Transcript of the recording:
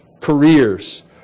careers